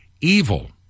evil